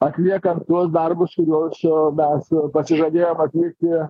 atliekant darbus kuriuos mes pasižadėjom atlikti